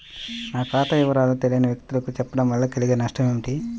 నా ఖాతా వివరాలను తెలియని వ్యక్తులకు చెప్పడం వల్ల కలిగే నష్టమేంటి?